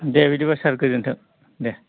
दे बिदिबा सार गोजोनथों दे